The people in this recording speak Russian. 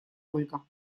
ольга